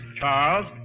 Charles